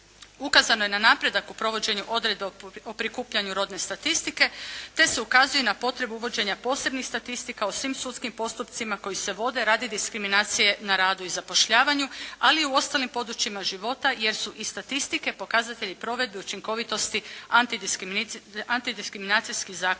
Ukazano je na napredak u provođenju odredbe o prikupljanju rodne statistike, te se ukazuje na potrebu uvođenja posebnih statistika o svim sudskim postupcima koji se vode radi diskriminacije na radu i zapošljavanju, ali i u ostalim područjima života jer su i statistike pokazatelji provedbi učinkovitosti antidiskriminacijskih zakona